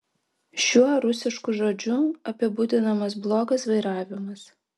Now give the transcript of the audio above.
šiuo rusišku žodžiu apibūdinamas blogas vairavimas